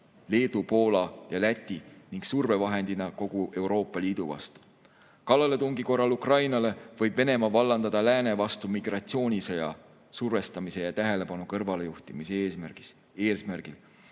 Leedu, Poola ja Läti ning survevahendina kogu Euroopa Liidu vastu. Kallaletungi korral Ukrainale võib Venemaa vallandada lääne vastu migratsioonisõja survestamise ja tähelepanu kõrvalejuhtimise eesmärgil,